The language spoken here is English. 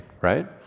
right